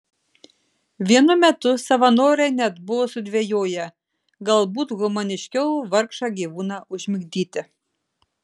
vienu metu savanoriai net buvo sudvejoję galbūt humaniškiau vargšą gyvūną užmigdyti